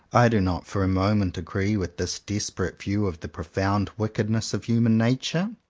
i do not for a moment agree with this desperate view of the profound wickedness of human nature.